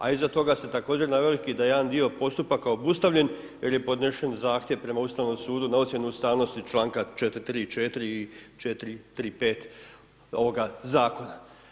A iza toga ste također naveli, da je jedan dio postupaka obustavljen, jer je podnesen zahtjev prema Ustavnom sudu, na ocjenu ustavnosti članka 4.3.4. i 4.3.5. ovoga zakona.